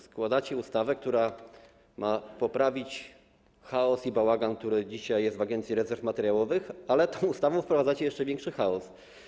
Składacie ustawę, która ma poprawić chaos i bałagan, który dzisiaj jest w Agencji Rezerw Materiałowych, ale tą ustawą wprowadzacie jeszcze większy chaos.